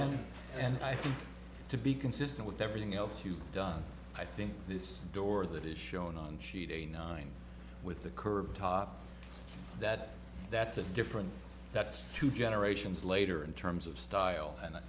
and and i think to be consistent with everything else you've done i think this door that is shown on sheet a nine with the curved top that that's a different that's two generations later in terms of style and